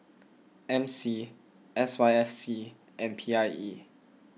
M C S Y F C and P I E